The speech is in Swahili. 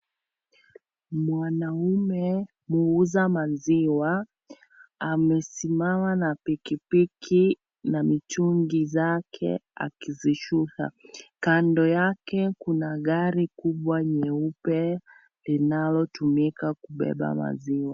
Mwanaume muuza maziwa. Amesimama na pikipiki na mitungi zake akizishika. Kando yake, kuna gari kubwa nyeupe linalotumika kubeba maziwa.